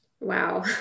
wow